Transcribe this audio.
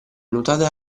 nuotate